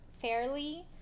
fairly